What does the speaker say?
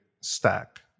stack